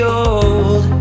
old